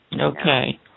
Okay